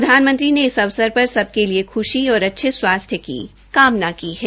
प्रधानमंत्री ने अवसर पर सबके लिए ख्शी और अच्छे स्वास्थ्य की कामना की है